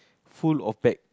full of bag